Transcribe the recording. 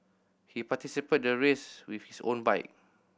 he participated the race with his own bike